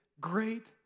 great